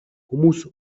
хүмүүс